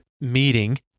meeting